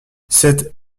cet